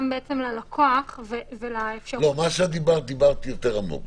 ללקוח ולאפשרות --- את דיברת יותר עמוק,